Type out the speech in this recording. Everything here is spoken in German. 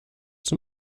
zum